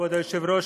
כבוד היושב-ראש,